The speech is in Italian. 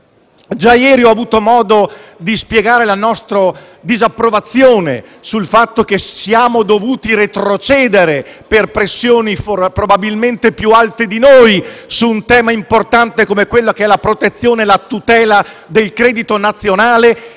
quando ho avuto modo di spiegare la nostra disapprovazione sul fatto che siamo dovuti retrocedere, per pressioni probabilmente più alte di noi, su un punto importante quale la protezione, la tutela del credito nazionale,